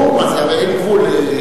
ברור, הרי אין גבול.